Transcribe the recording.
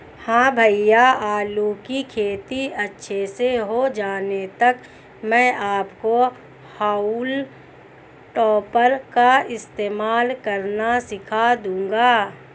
हां भैया आलू की खेती अच्छे से हो जाने तक मैं आपको हाउल टॉपर का इस्तेमाल करना सिखा दूंगा